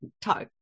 talk